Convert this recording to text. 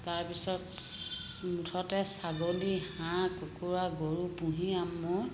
তাৰপিছত মুঠতে ছাগলী হাঁহ কুকুৰা গৰু পুহি